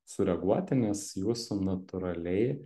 sureaguoti nes jūsų natūraliai